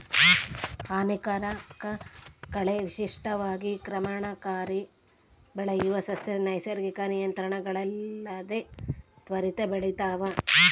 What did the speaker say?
ಹಾನಿಕಾರಕ ಕಳೆ ವಿಶಿಷ್ಟವಾಗಿ ಕ್ರಮಣಕಾರಿ ಬೆಳೆಯುವ ಸಸ್ಯ ನೈಸರ್ಗಿಕ ನಿಯಂತ್ರಣಗಳಿಲ್ಲದೆ ತ್ವರಿತ ಬೆಳಿತಾವ